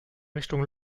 richtung